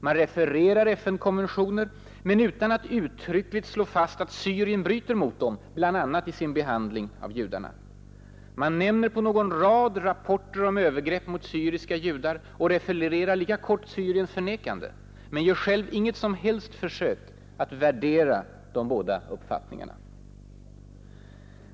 Man refererar FN-konventioner men utan att uttryckligt slå fast att Syrien bryter mot dem, bl.a. i sin behandling av judarna. Man nämner på någon rad rapporter om övergrepp mot syriska judar och refererar lika kort Syriens förnekande — men gör själv inget som helst försök att värdera de båda uppfattningarna.